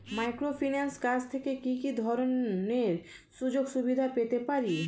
মাইক্রোফিন্যান্সের কাছ থেকে কি কি ধরনের সুযোগসুবিধা পেতে পারি?